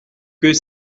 que